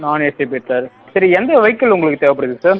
நாண் ஏசியே பெட்டர் சரி எந்த வெஹிக்கள் உங்களுக்கு தேவைப்படுது சார்